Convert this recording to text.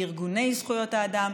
לארגוני זכויות האדם,